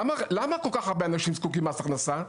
למה כל כך הרבה אנשים זקוקים למס הכנסה?